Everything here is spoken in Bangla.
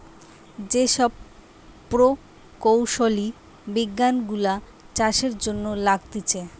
যে সব প্রকৌশলী বিজ্ঞান গুলা চাষের জন্য লাগতিছে